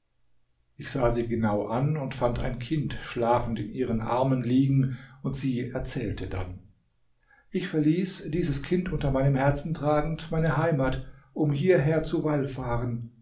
ich sah sie genau an und fand ein kind schlafend in ihren armen liegen und sie erzählte dann ich verließ dieses kind unter meinem herzen tragend meine heimat um hierher zu